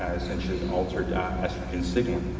essentially altered estrogen signaling.